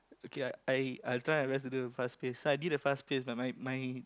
okay I I I'll try my best to do a fast pace so I did a fast pace but my my